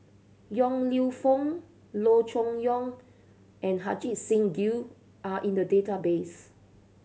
Yong Lew Foong Loo Choon Yong and Ajit Singh Gill are in the database